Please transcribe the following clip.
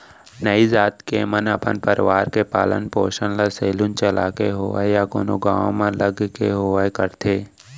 नाई जात के मन अपन परवार के पालन पोसन ल सेलून चलाके होवय या कोनो गाँव म लग के होवय करथे